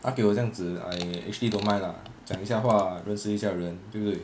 他给我这样子 I actually don't mind lah 讲一下话认识一下人对不对